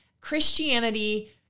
Christianity